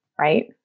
right